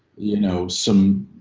you know, some,